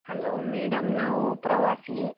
hello madam ನಾವು ಪ್ರವಾಸಿ